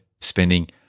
spending